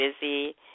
busy